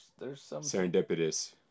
serendipitous